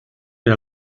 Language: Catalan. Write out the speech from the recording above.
per